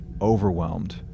overwhelmed